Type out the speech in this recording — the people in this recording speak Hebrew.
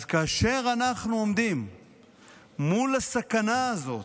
אז כאשר אנחנו עומדים מול הסכנה הזאת,